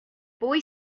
boy